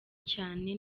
cyane